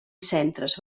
centres